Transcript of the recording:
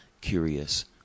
curious